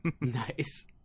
Nice